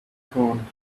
phone